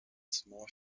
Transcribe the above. små